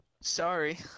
Sorry